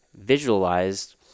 visualized